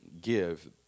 give